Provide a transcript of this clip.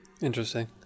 Interesting